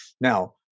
Now